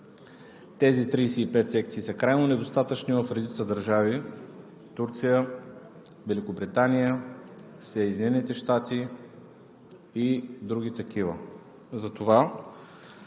Тези 35 секции са крайно недостатъчни в редица държави – Турция, Великобритания, Съединените американски щати и други такива.